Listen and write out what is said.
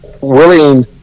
willing